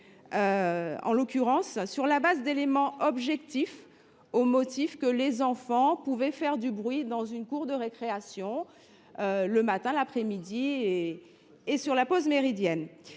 vécues –, sur le fondement d’éléments objectifs, au motif que les enfants pouvaient faire du bruit dans une cour de récréation le matin, l’après midi et au cours de la pause méridienne.